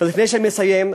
ולפני שאני מסיים,